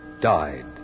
died